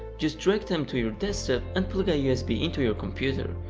just drag them to your desktop and plug a usb into your computer,